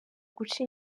guca